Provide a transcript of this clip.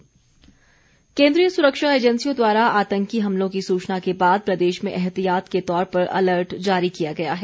alert केन्द्रीय सुरक्षा एजेंसियों द्वारा आतंकी हमलों की सूचना के बाद प्रदेश में एहतियात के तौर पर अलर्ट जारी किया गया है